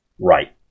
right